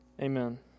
Amen